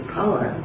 power